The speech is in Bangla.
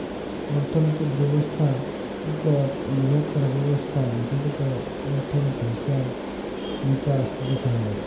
অর্থলিতি ব্যবস্থা ইকট বিরহত্তম ব্যবস্থা যেটতে অর্থলিতি, হিসাব মিকাস দ্যাখা হয়